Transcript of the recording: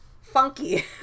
funky